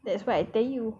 that's why I tell you